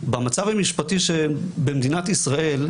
במצב המשפטי הקיים במדינת ישראל,